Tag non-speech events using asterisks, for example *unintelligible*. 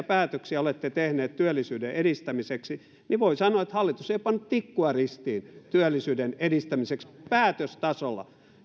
*unintelligible* päätöksiä olette tehneet työllisyyden edistämiseksi niin voin sanoa että hallitus ei ole pannut tikkua ristiin työllisyyden edistämiseksi päätöstasolla